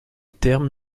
terme